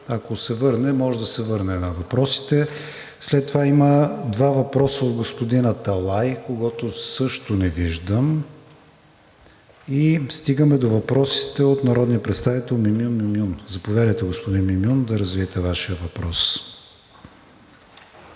ако се върне, може да се върнем на въпросите. След това има два въпроса от господин Аталай, когото също не виждам, и стигаме до въпросите от народния представител Мюмюн Мюмюн. Заповядайте, господин Мюмюн, да развиете Вашия въпрос.